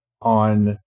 on